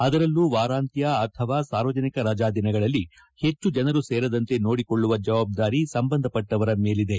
ಅದರಲ್ಲೂ ವಾರಾಂತ್ವ ಅಥವಾ ಸಾರ್ವಜನಿಕ ರಜಾ ದಿನಗಳಲ್ಲಿ ಹೆಚ್ಚು ಜನರು ಸೇರದಂತೆ ನೋಡಿಕೊಳ್ಳುವ ಜವಾಬ್ದಾರಿ ಸಂಬಂಧಪಟ್ಟವರ ಮೇಲಿದೆ